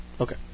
okay